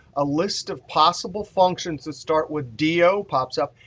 a list of possible functions that start with d o pops up.